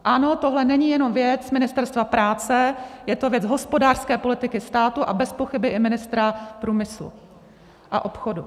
Ano, tohle není jenom věc ministerstva práce, je to věc hospodářské politiky státu a bezpochyby i ministra průmyslu a obchodu.